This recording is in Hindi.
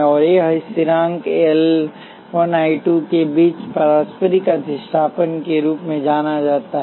और यह स्थिरांक है एल 1 और आई 2 के बीच पारस्परिक अधिष्ठापन के रूप में जाना जाता है